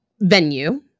venue